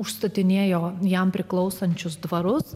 užstatinėjo jam priklausančius dvarus